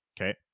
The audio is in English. Okay